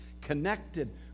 connected